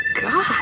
God